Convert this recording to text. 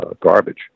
garbage